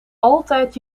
altijd